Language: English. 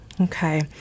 Okay